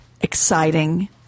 exciting